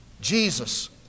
Jesus